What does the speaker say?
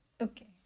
okay